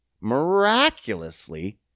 miraculously